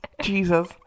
Jesus